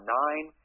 nine